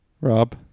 Rob